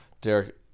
Derek